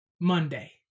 Monday